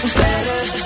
better